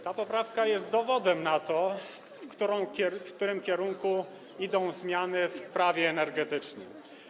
Ta poprawka jest dowodem na to, w którym kierunku idą zmiany w Prawie energetycznym.